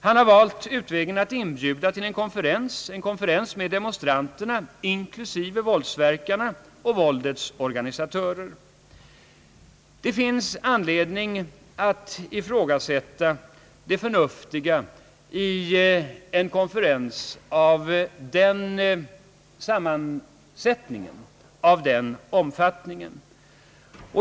Han har valt utvägen att inbjuda till en konferens med demonstranterna inklusive våldsverkarna och våldets organisatörer. Det finns anledning att ifrågasätta det förnuftiga i en konferens med den sammansättningen och av den omfattningen.